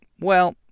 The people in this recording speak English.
Well